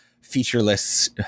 featureless